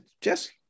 Jesse